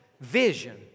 vision